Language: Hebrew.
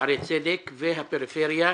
בשערי צדק והפריפריה,